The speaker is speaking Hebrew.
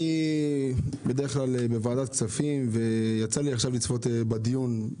בדרך כלל אני בוועדת כספים ויצא לי לצפות עכשיו בדיון.